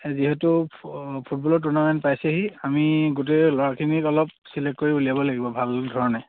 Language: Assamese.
যিহেতু ফুটবলৰ টুৰ্নামেণ্ট পাইছেহি আমি গোটেই ল'ৰাখিনিক অলপ ছিলেক্ট কৰি উলিয়াব লাগিব ভাল ধৰণে